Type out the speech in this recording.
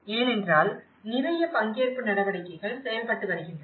ஏனென்றால் நிறைய பங்கேற்பு நடவடிக்கைகள் செயல்பட்டு வருகின்றன